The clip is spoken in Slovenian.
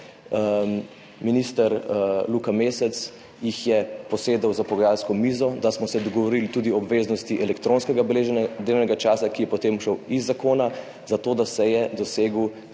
minister Luka Mesec jih je posedel za pogajalsko mizo, da smo se dogovorili tudi o obveznosti elektronskega beleženja delovnega časa, ki je potem šel iz zakona, zato da se je doseglo